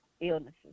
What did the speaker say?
illnesses